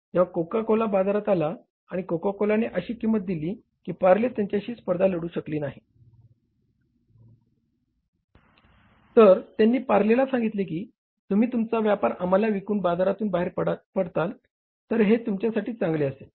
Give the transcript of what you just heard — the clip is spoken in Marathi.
जेव्हा कोका कोला बाजारात आला आणि कोका कोलाने अशी किंमत दिली की पारले त्यांच्याशी स्पर्धा लढवू शकणार नाहीत तर त्यांनी पारलेला सांगितले की तुम्ही तुमचा व्यापार आम्हाला विकून बाजारातून बाहेर पडलात तर हे तुमच्यासाठी चांगले असेल